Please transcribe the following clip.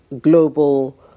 global